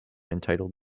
entitled